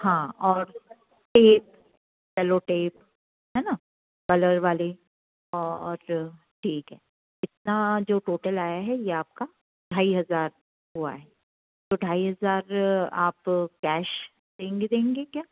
हाँ और tape cello tape है ना कलर वाली और ठीक है इसका जो टोटल आया है यह आपका ढाई हज़ार हुआ है तो ढाई हज़ार आप कैश देंगे देंगे क्या